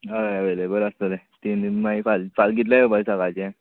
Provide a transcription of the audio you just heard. हय अवेलेबल आसतले तीन दीन मागीर फाल्यां फाल्यां कितल्या येवपाचें सकाळचें